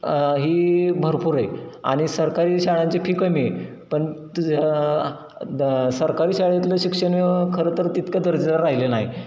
ही भरपूर आहे आणि सरकारी शाळांची फी कमी आहे पण त ज सरकारी शाळेतलं शिक्षण खरं तर तितकं दर्जा राहिलेल नाही